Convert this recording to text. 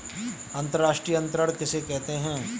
अंतर्राष्ट्रीय अंतरण किसे कहते हैं?